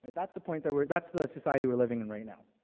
that's the point that we're that's the society we're living in right now.